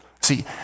See